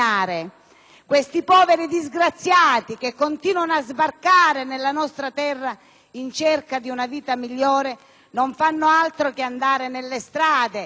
Questi poveri disgraziati che continuano a sbarcare nella nostra terra in cerca di una vita migliore non fanno altro che andare nelle strade